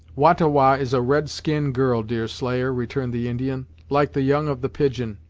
wah-ta-wah is a red-skin girl, deerslayer, returned the indian, like the young of the pigeon,